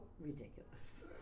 ridiculous